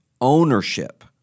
ownership